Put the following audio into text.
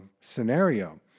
scenario